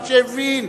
עד שהבין,